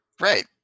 Right